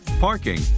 parking